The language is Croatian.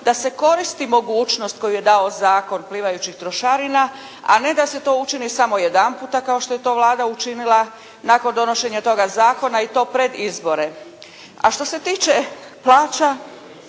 da se koristi mogućnost koju je dao zakon plivajućih trošarina a ne da se to učini samo jedan puta kao što je to Vlada učinila nakon donošenja toga zakona i to pred izbore. A što se tiče plaća